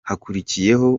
hakurikiyeho